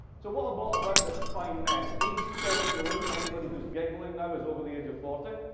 so what brought about this fine mess? age check in the room. anybody who's giggling now is over the age of forty.